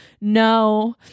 no